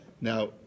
Now